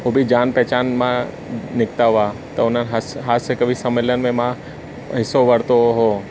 उहे बि जान पहचान मां निकिता हुआ त हुन हस हास्य कवि सम्मेलन में मां हिसो वरितो हुओ